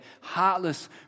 heartless